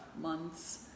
months